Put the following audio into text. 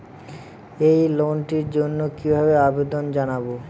এই লোনটির জন্য কিভাবে আবেদন জানাবো?